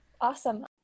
Awesome